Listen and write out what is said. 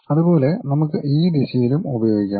അതുപോലെ നമുക്ക് ഈ ദിശയിലും ഉപയോഗിക്കാം